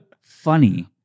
funny